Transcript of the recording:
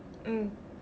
mm